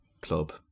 club